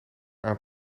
aan